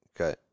Okay